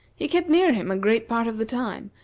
he kept near him a great part of the time,